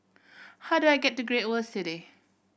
how do I get to Great World City